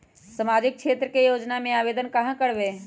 सामाजिक क्षेत्र के योजना में आवेदन कहाँ करवे?